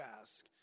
ask